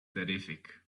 terrific